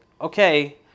okay